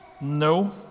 No